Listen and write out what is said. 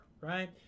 right